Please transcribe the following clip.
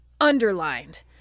Underlined